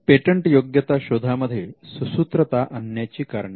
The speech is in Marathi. पेटंटयोग्यता शोधामध्ये सुसूत्रता आणण्याची कारणे